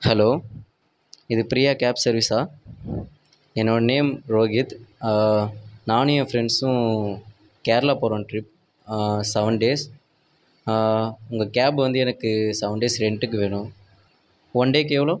hello இது Priya cab சர்வீஸா என்னோட நேம் ரோஹித் நானும் என் ஃப்ரெண்ட்ஸும் கேரளா போகிறோம் ட்ரிப் செவன் டேஸ் உங்கள் கேப் வந்து எனக்கு சவன் டேஸ் ரென்ட்டுக்கு வேணும் ஒன் டேக்கு எவ்வளோ